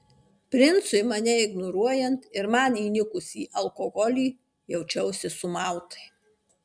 princui mane ignoruojant ir man įnikus į alkoholį jaučiausi sumautai